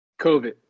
COVID